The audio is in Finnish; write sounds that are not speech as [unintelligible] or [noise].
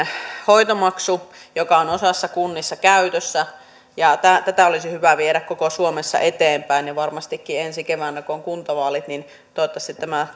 hoitomaksu joka on osassa kuntia käytössä ja tätä olisi hyvä viedä koko suomessa eteenpäin ja ensi keväänä kun on kuntavaalit toivottavasti tämä [unintelligible]